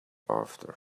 after